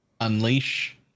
Unleash